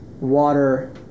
water